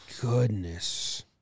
goodness